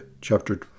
chapter